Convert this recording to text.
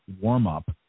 warm-up